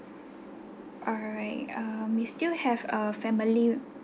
alright um we still have a family